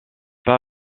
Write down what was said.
pas